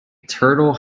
turtle